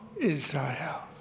Israel